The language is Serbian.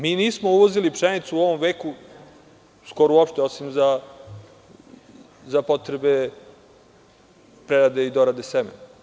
Mi nismo uvozili pšenicu u ovom veku skoro uopšte, osim za potrebe prerade i dorade semena.